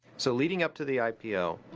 so leading up to the ipo,